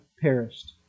perished